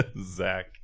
Zach